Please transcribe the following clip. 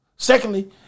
Secondly